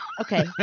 Okay